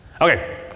Okay